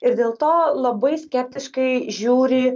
ir dėl to labai skeptiškai žiūri